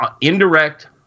indirect